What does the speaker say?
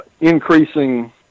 increasing